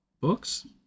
books